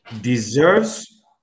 deserves